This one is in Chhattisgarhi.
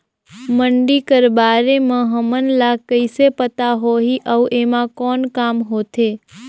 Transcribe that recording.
मंडी कर बारे म हमन ला कइसे पता होही अउ एमा कौन काम होथे?